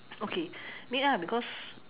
okay because